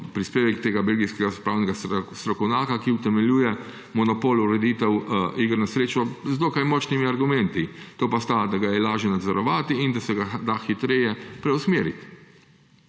prispevek tega belgijskega pravnega strokovnjaka, ki utemeljuje monopol ureditev iger na srečo z dokaj močnimi argumenti. To pa sta, da ga je lažje nadzorovati in da se ga da hitreje preusmeriti.